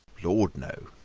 lord, no!